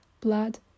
blood